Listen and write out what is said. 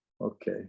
Okay